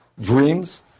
dreams